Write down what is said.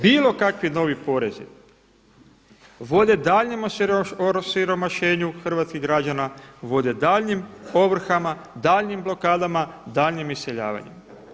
Bilo kakvi novi porezi vode daljnjem osiromašenju hrvatskih građana, vode daljnjim ovrhama, daljnjim blokadama, daljnjem iseljavanju.